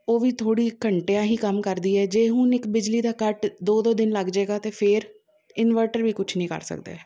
ਉਹ ਵੀ ਥੋੜ੍ਹੀ ਘੰਟਿਆਂ ਹੀ ਕੰਮ ਕਰਦੀ ਹੈ ਜੇ ਹੁਣ ਇੱਕ ਬਿਜਲੀ ਦਾ ਕੱਟ ਦੋ ਦੋ ਦਿਨ ਲੱਗ ਜਾਵੇਗਾ ਤਾਂ ਫੇਰ ਇਨਵਰਟਰ ਵੀ ਕੁਛ ਨਹੀਂ ਕਰ ਸਕਦਾ ਹੈ